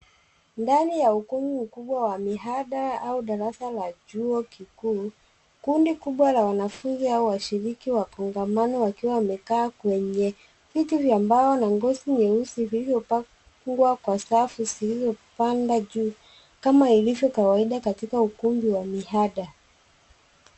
Ndani ya ukumbi mkubwa wa mihada au darasa la chuo kikuu, kundi kubwa la wanafunzi au washiriki wa kongamano wakiwa wamekaa kwenye viti vya mbao na ngozi nyeusi iliyopakwa kwa safu zilizo panda juu kama ilivyo kawaida katika ukumbi wa mihada.